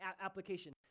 application